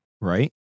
Right